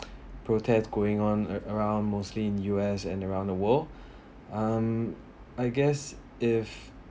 protest going on ar~ around mostly in U_S and around the world um i guess if